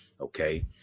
okay